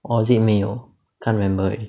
or is it 没有 can't remember